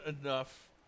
enough